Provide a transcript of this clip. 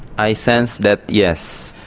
i sense that yes,